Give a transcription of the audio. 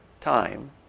time